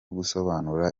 gusobanura